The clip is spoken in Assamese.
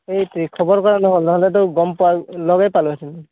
সেইটোৱেই খবৰ কৰা নহ'ল নহ'লেতো গম পোৱা লগেই পালোহেঁতেন